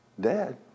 Dad